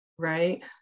right